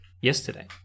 yesterday